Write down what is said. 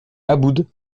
aboud